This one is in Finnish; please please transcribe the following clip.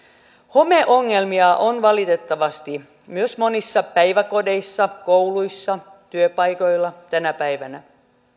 homeongelmia on valitettavasti myös monissa päiväkodeissa kouluissa työpaikoilla tänä päivänä